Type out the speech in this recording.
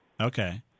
Okay